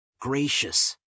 gracious